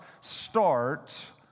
start